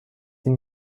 این